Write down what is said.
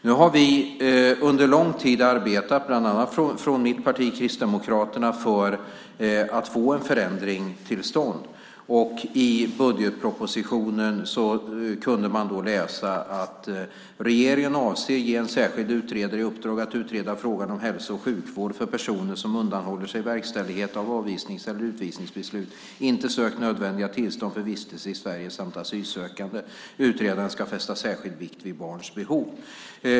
Nu har vi under lång tid bland annat från mitt parti Kristdemokraterna arbetat för att få en förändring till stånd. I budgetpropositionen kunde man läsa: Regeringen avser att ge en särskild utredare i uppdrag att utreda frågan om hälso och sjukvård för personer som undanhåller sig verkställighet av avvisnings eller verkställighetsbeslut, inte sökt nödvändiga tillstånd för vistelse i Sverige samt asylsökande. Utredaren ska fästa särskild vikt vid barns behov.